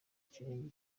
kirenge